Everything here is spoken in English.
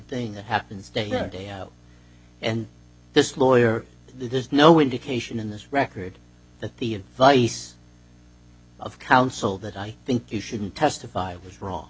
thing that happens day or day out and this lawyer there's no indication in this record that the advice of counsel that i think you shouldn't testify was wrong